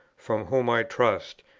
from whom, i trust,